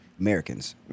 Americans